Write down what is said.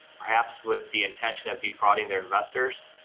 perhaps with the intention of defrauding their investors?